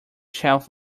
shelf